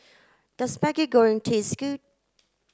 does Maggi Goreng taste good